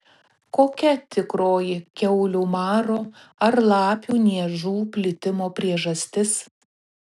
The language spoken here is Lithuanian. kokia tikroji kiaulių maro ar lapių niežų plitimo priežastis